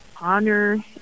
honor